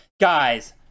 Guys